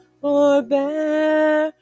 forbear